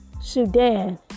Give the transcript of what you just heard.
Sudan